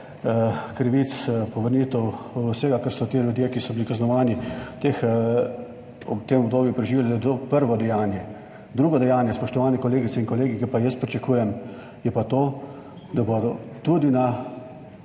krivic, povrnitev vsega, kar so preživljali ti ljudje, ki so bili kaznovani v tem obdobju, da je to prvo dejanje. Drugo dejanje, spoštovane kolegice in kolegi, ki ga pa jaz pričakujem, je pa to, da bo tudi